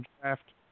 draft